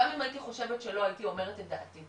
גם אם הייתי חושבת שלא, הייתי אומרת את דעתי.